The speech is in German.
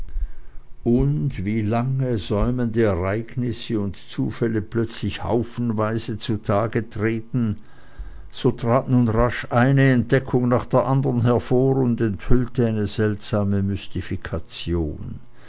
und wie lange säumende ereignisse und zufälle plötzlich haufenweise zutage treten so trat nun rasch eine entdeckung nach der anderen hervor und enthüllte eine seltsame mystifikation